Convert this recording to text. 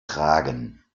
tragen